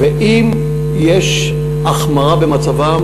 ואם יש החמרה במצבם,